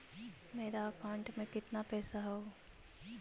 मेरा अकाउंटस में कितना पैसा हउ?